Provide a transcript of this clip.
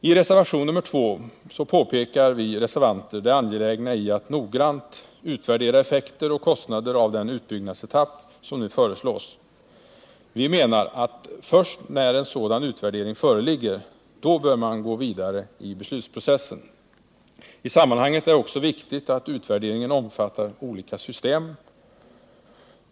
I reservationen 2 påpekar vi reservanter det angelägna i att noggrant utvärdera effekter av och kostnader för den utbyggnadsetapp som föreslås. Vi menar att man först när en sådan utvärdering föreligger bör gå vidare i beslutsprocessen. I sammanhanget är det också viktigt att utvärderingen omfattar olika system.